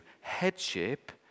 headship